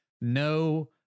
no